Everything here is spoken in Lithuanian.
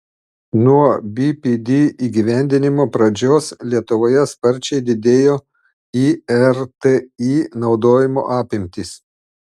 nuo bpd įgyvendinimo pradžios lietuvoje sparčiai didėjo irti naudojimo apimtys